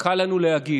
קל לנו להגיב.